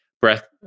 breath